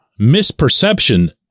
misperception